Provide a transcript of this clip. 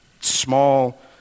small